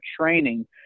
training